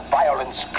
violence